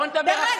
בואו נדבר עכשיו.